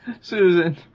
Susan